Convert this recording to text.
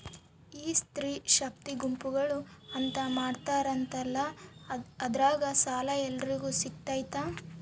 ಈ ಸ್ತ್ರೇ ಶಕ್ತಿ ಗುಂಪುಗಳು ಅಂತ ಮಾಡಿರ್ತಾರಂತಲ ಅದ್ರಾಗ ಸಾಲ ಎಲ್ಲರಿಗೂ ಸಿಗತೈತಾ?